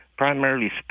primarily